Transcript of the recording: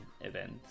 event